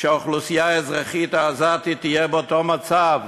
שהאוכלוסייה האזרחית העזתית תהיה באותו מצב.